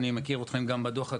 אני מכיר אתכם גם מהדו"ח הקודם,